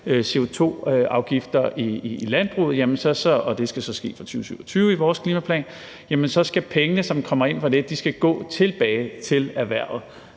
CO2-afgifter – og det skal så ske fra 2027 i vores klimaplan – skal pengene, som kommer ind på det, gå tilbage til erhvervet